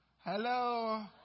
Hello